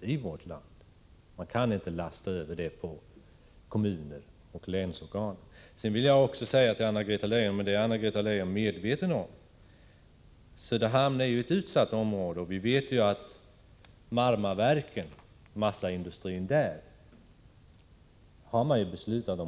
i vårt land. Man kan inte lasta över dem på kommuner och länsorgan. Sedan vill jag också säga till Anna-Greta Leijon att Söderhamn är ett utsatt område. Vi vet att man har beslutat lägga ned Marmaverkens massaindustri.